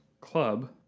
club